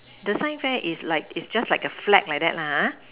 the sigh fair is is just like the flag lah